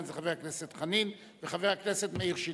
הם חבר הכנסת חנין וחבר הכנסת מאיר שטרית.